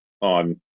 on